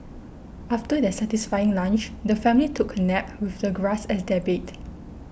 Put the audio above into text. after their satisfying lunch the family took a nap with the grass as their bed